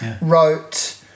wrote